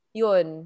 yun